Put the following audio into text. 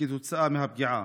כתוצאה מהפגיעה.